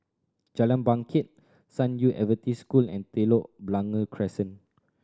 Jalan Bangket San Yu Adventist School and Telok Blangah Crescent